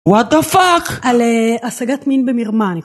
וואט דה פאק על השגת מין במרמה